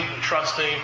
trusting